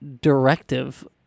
directive